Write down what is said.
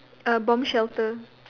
a bomb shelter